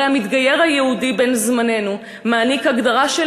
הרי המתגייר היהודי בן-זמננו מעניק הגדרה של